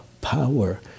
power